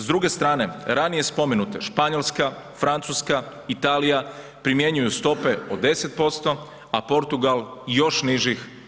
S druge strane, ranije spomenute Španjolska, Francuska, Italija, primjenjuju stope od 10%, a Portugal još nižih 6%